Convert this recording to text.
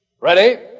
Ready